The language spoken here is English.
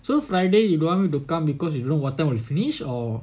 so friday you don't want me to come because you don't know what time will finish or